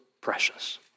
precious